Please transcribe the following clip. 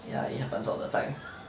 ya it happens all the time